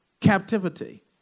captivity